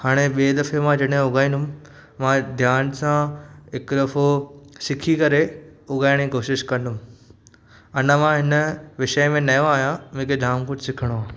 हाणे ॿिएं दफ़े मां जॾहिं उॻाईंदुमि मां ध्यानु सां हिकु दफ़ो सिखी करे उॻाइण ई कोशिशि कंदुमि अञा मां हिन विषय में नओं आहियां मूंखे जाम कुझु सिखिणो आहे